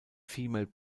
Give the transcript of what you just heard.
filme